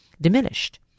diminished